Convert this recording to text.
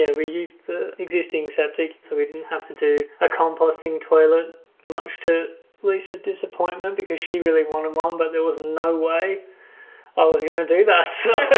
we used the existing septic so we didn't have to do a composting toilet much to lose his disappointment because she really wanted one but there was no way i was gonna do that. so